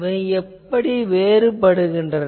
இவை எப்படி வேறுபடுகின்றன